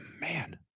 man